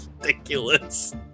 ridiculous